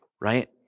right